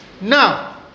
now